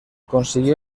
consiguió